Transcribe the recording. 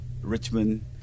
Richmond